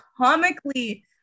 comically